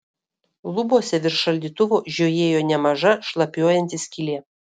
lubose virš šaldytuvo žiojėjo nemaža šlapiuojanti skylė